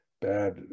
bad